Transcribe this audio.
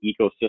ecosystem